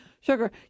sugar